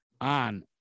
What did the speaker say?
on